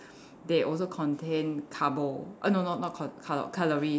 they also contain carbo err no no not col~ cal~ calories